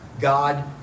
God